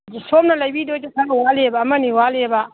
ꯁꯣꯝꯅ ꯂꯩꯕꯤꯗꯣꯏꯁꯦ ꯈꯔ ꯋꯥꯠꯂꯤꯕ ꯑꯃꯅꯤ ꯋꯥꯠꯂꯤꯕ